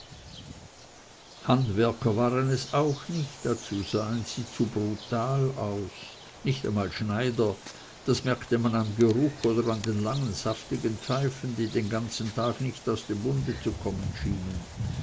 es auch nicht dazu sahen sie zu brutal aus nicht einmal schneider das merkte man am geruch oder an den langen saftigen pfeifen die den ganzen tag nicht aus dem munde zu kommen schienen